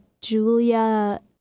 Julia